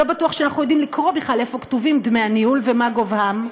לא בטוח שאנחנו יודעים לקרוא בכלל איפה כתובים דמי הניהול ומה גובהם.